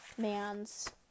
man's